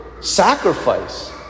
sacrifice